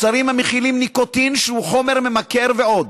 מוצרים המכילים ניקוטין, שהוא חומר ממכר, ועוד.